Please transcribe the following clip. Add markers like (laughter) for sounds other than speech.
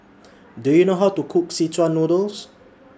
(noise) Do YOU know How to Cook Szechuan Noodle